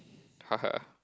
ha ha